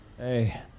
Hey